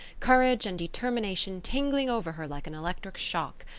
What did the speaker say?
courage and determination tingling over her like an electric shock.